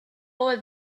all